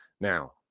Now